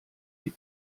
die